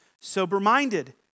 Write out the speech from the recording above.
sober-minded